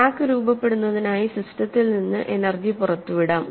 crack രൂപപ്പെടുന്നതിനായി സിസ്റ്റത്തിൽ നിന്ന് എനർജി പുറത്തുവിടാം